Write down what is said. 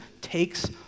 takes